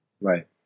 Right